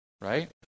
Right